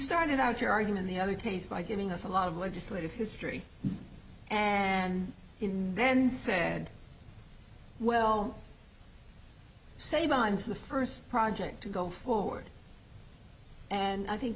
started out your argument the other pays by giving us a lot of legislative history and in then said well say mines the first project to go forward and i think